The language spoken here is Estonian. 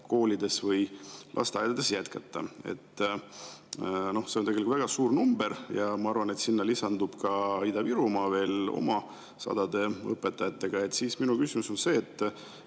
koolides või lasteaedades jätkata. See on tegelikult väga suur number. Ma arvan, et sinna lisandub ka Ida-Virumaa oma sadade õpetajatega. Minu küsimus on selline.